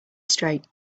straight